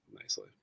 nicely